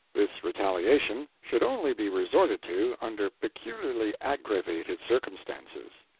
this retaliation should only be resorted to under peculiarly aggravated circumstances.